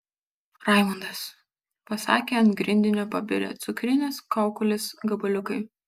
raimundas pasakė ant grindinio pabirę cukrines kaukolės gabaliukai